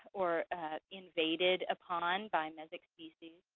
or invaded upon by mesic species.